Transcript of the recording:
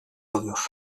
alıyor